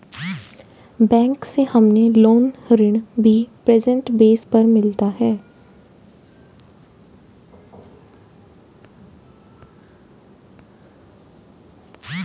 bank से हमे loan ऋण भी परसेंटेज बेस पर मिलता है